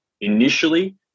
initially